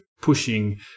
pushing